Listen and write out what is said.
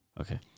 Okay